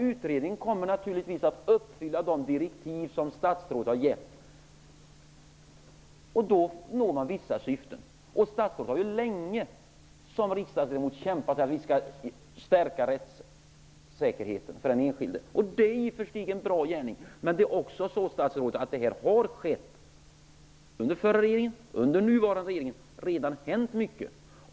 Utredningen kommer naturligtvis att uppfylla de direktiv som statsrådet har gett, och då når man vissa syften. Bo Lundgren har ju länge som riksdagsledamot sagt att vi skall kämpa för att stärka rättssäkerheten för den enskilde. Det är i och för sig en bra gärning. Men, statsrådet, det har under den förra och nuvarande regeringens tid redan hänt mycket.